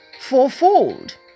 fourfold